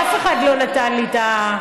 ואף אחד לא נתן לי את,